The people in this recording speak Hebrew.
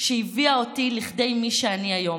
שהביאה אותי להיות מי שאני היום.